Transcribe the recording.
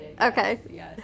Okay